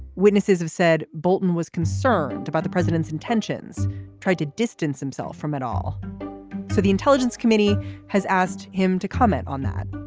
witnesses have said bolton was concerned about the president's intentions tried to distance himself from it all. so the intelligence committee has asked him to comment on that.